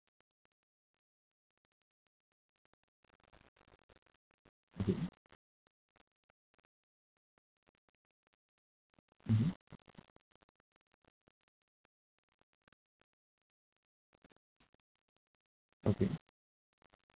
okay mmhmm okay